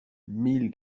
mille